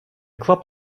club